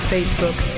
Facebook